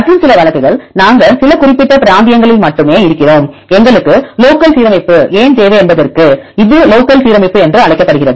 மற்றும் சில வழக்குகள் நாங்கள் சில குறிப்பிட்ட பிராந்தியங்களில் மட்டுமே இருக்கிறோம் எங்களுக்கு லோக்கல்சீரமைப்பு ஏன் தேவை என்பதற்கு இது லோக்கல் சீரமைப்பு என்று அழைக்கப்படுகிறது